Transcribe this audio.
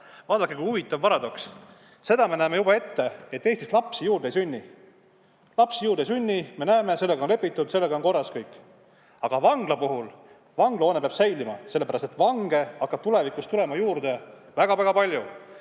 Vaadake, kui huvitav paradoks. Seda me näeme juba ette, et Eestis lapsi juurde ei sünni. Lapsi juurde ei sünni – seda me näeme, sellega on lepitud, sellega on korras kõik. Aga vangla puhul vanglahoone peab säilima, sellepärast et vange hakkab tulevikus tulema juurde väga-väga palju.